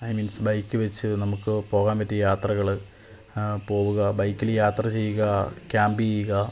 I means bike വെച്ച് നമുക്ക് പോവാൻ പറ്റിയ യാത്രകള് പോവുക ബൈക്കില് യാത്ര ചെയ്യുക ക്യാംപ് ചെയ്യുക